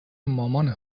مامان